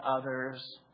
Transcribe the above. others